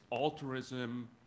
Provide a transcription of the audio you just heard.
altruism